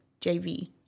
JV